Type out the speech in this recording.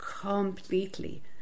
completely